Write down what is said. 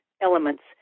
elements